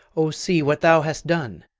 o, see what thou hast done!